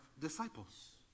disciples